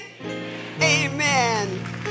Amen